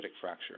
fracture